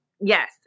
yes